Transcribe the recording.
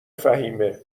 فهیمهمگه